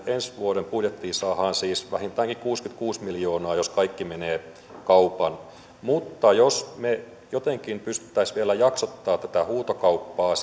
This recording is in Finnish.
ensi vuoden budjettiin saadaan siis vähintäänkin kuusikymmentäkuusi miljoonaa jos kaikki menee kaupan mutta jos me jotenkin pystyisimme vielä jaksottamaan tätä huutokauppaa